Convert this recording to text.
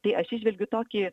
tai aš įžvelgiu tokį